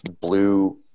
blue